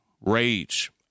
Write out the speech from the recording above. Rage